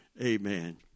Amen